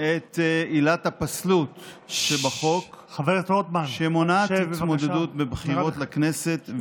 את עילת הפסלות שבחוק שמונעת התמודדות בבחירות בכנסת,